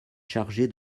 chargé